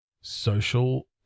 social